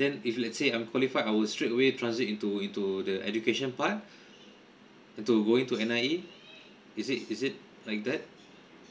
then if let's say I'm qualified I would straight away transit into into the education part to going to N_I_E is it is it like that